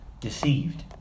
Deceived